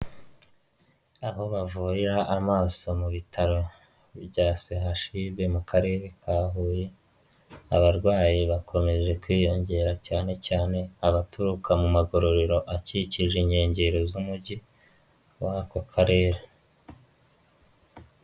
Aho bavurira amaso mu bitaro bya CHUB mu karere ka Huye, abarwayi bakomeje kwiyongera cyane cyane abaturuka mu mavurero akikije inkengero z'umujyi w'aka karere.